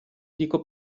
dico